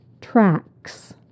Tracks